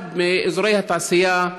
אחד מאזורי התעשייה,